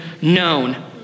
known